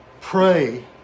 Pray